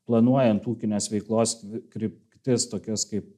planuojant ūkinės veiklos kryptis tokias kaip